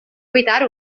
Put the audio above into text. evitar